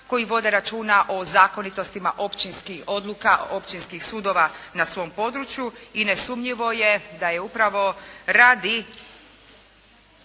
koji vode računa o zakonitostima općinskih odluka, općinskih sudova na svom području i nesumnjivo je da je upravo radi